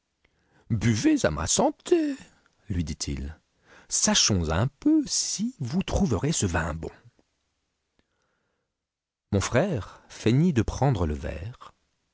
buvez à ma santé lui dit-il sachons un peu si vous trouverez ce vin bon mon frère feignit de prendre le verre